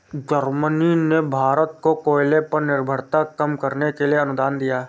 Germany ने भारत को कोयले पर निर्भरता कम करने के लिए अनुदान दिया